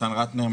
מתן רטנר,